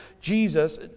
Jesus